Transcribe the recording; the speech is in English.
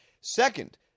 Second